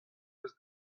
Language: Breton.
eus